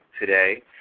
today